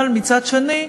אבל מצד שני,